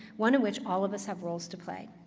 one in which all of us have roles to play,